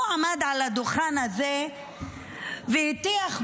הוא עמד על הדוכן הזה והטיח בנו,